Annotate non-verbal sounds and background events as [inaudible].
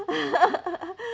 [laughs]